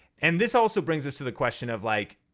and this also brings us to the question of like,